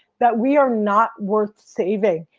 that we are not worth saving,